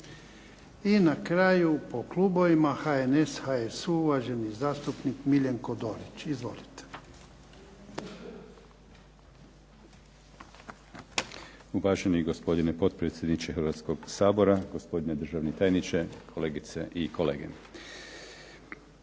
I na kraju po klubovima HNS, HSU, uvaženi zastupnik Miljenko Dorić. Izvolite. **Dorić, Miljenko (HNS)** Uvaženi gospodine potpredsjedniče Hrvatskog sabora, gospodine državni tajniče, kolegice i kolege.